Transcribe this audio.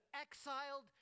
exiled